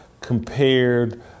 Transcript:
compared